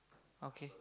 okay